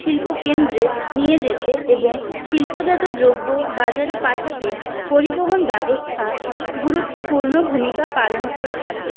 শিল্পকেন্দ্রে নিয়ে যেতে এবং শিল্পজাত দ্রব্য বাজারে পাঠাতে পরিবহন ব্যবস্থা গুরুত্বপূর্ণ ভূমিকা পালন করে থাকে